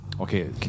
Okay